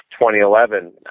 2011